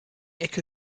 ecke